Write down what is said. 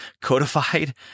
codified